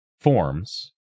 forms